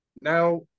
now